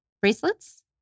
bracelets